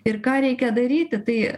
ir ką reikia daryti tai